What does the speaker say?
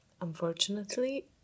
unfortunately